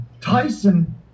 Tyson